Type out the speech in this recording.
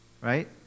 right